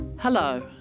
Hello